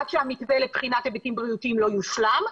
עד שהמתווה לבחינת היבטים בריאותיים לא יושלם,